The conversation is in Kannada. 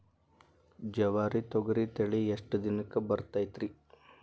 ಜವಾರಿ ತೊಗರಿ ತಳಿ ಎಷ್ಟ ದಿನಕ್ಕ ಬರತೈತ್ರಿ?